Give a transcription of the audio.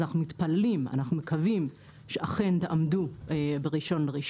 אנחנו מתפללים ומקווים שאכן תעמדו ב-1.1